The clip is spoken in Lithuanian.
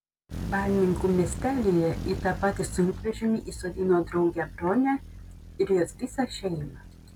balninkų miestelyje į tą patį sunkvežimį įsodino draugę bronę ir jos visą šeimą